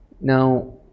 now